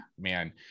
man